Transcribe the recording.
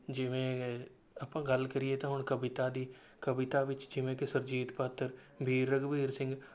ਜਿਵੇਂ ਅੱਪਾਂ ਗੱਲ ਕਰੀਏ ਤਾਂ ਹੁਣ ਕਵਿਤਾ ਦੀ ਕਵਿਤਾ ਵਿੱਚ ਜਿਵੇਂ ਕਿ ਸੁਰਜੀਤ ਪਾਤਰ ਵੀਰ ਰਘਵੀਰ ਸਿੰਘ